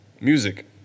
Music